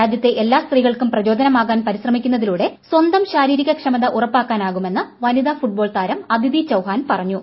രാജ്യത്തെ എല്ലാ സ്ത്രീകൾക്കും പ്രചോദനമാകാൻ പരിശ്രമിക്കുന്നതിലൂടെ സ്വന്തം ശാരീരിക ക്ഷമത ഉറപ്പാക്കാനാകുമെന്ന് വനിത ഫുട്ബാൾ താരം അദിതി ചൌഹാൻ പറഞ്ഞു